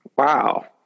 Wow